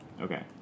Okay